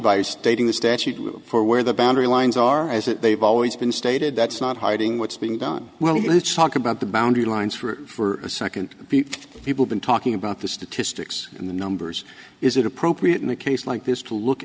by stating the statute for where the boundary lines are as if they've always been stated that's not hiding what's being done well let's talk about the boundary lines for a second people been talking about the statistics in the numbers is it appropriate in a case like this to look